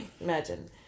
Imagine